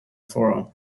forum